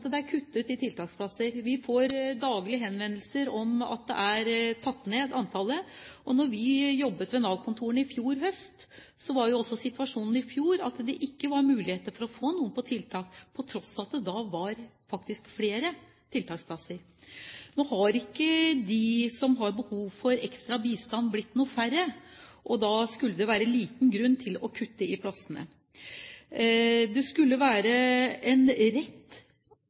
det er kuttet i disse. Vi får daglig henvendelser om at antallet er gått ned, og da vi jobbet med Nav-kontorene i fjor høst, var situasjonen den at det ikke var mulig å få noen på tiltak, til tross for at det da faktisk var flere tiltaksplasser. Nå har ikke de som har behov for ekstra bistand, blitt færre, og da skulle det være liten grunn til å kutte i plassene. Det skulle være en rett